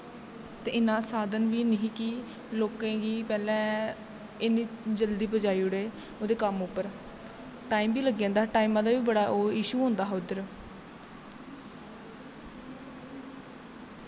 ते इन्ना साधन बी नी ही कि लोकें गी पैह्लैं इन्नी जल्दी पजाई ओड़े कम्म पर टाईम बी लग्गी जंदा हा टाईमा दा बी बड़ा इशू होंदा हा उध्दर